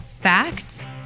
fact